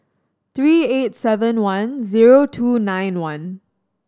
three eight seven one zero two nine one